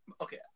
okay